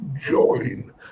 join